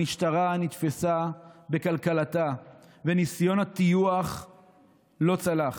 המשטרה נתפסה בקלקלתה וניסיון הטיוח לא צלח.